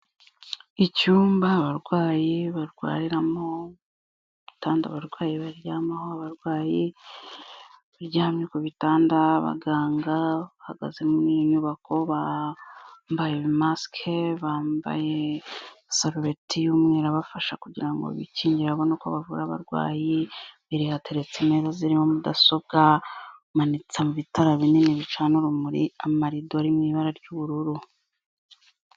Icyumba abarwayi barwariramo, ibitanda abarwayi baryamaho, abarwayi baryamye ku bitanda, abaganga bahagazemo muri iyi nyubako, bambaye ibimasike, bambaye sarubeti y'umweru, abafasha kugira ngo bikingire babone uko bavura abarwayi, imbere hateretse intebe ziriho mudasobwa, hamanitse ibitara binini bicana urumuri, amaridori ari mu ibara ry'ubururu.